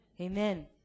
Amen